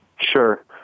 Sure